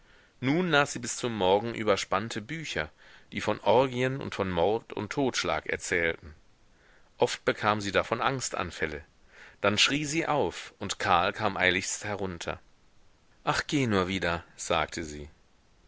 nun las sie bis zum morgen überspannte bücher die von orgien und von mord und totschlag erzählten oft bekam sie davon angstanfälle dann schrie sie auf und karl kam eiligst herunter ach geh nur wieder sagte sie